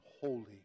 holy